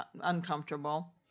uncomfortable